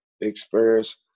experience